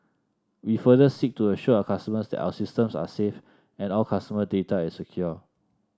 we further seek to assure our customers that our systems are safe and all customer data is secure